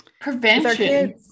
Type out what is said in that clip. prevention